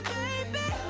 baby